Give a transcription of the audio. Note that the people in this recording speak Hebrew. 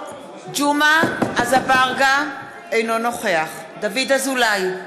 ג'מעה אזברגה, אינו נוכח דוד אזולאי,